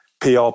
PR